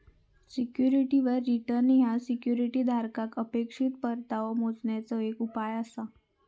सिक्युरिटीवर रिटर्न ह्या सिक्युरिटी धारकाक अपेक्षित परतावो मोजण्याचे एक उपाय आसा